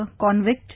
convict